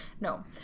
No